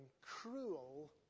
cruel